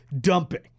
dumping